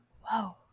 whoa